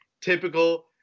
Typical